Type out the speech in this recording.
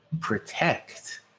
protect